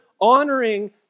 honoring